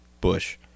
bush